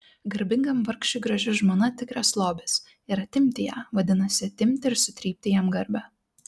garbingam vargšui graži žmona tikras lobis ir atimti ją vadinasi atimti ir sutrypti jam garbę